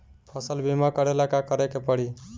फसल बिमा करेला का करेके पारी?